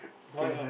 why